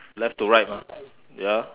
left to right mah ya